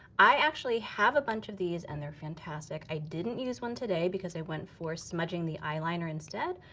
i actually have a bunch of these, and they are fantastic. i didn't use one today because i went for smudging the eyeliner instead,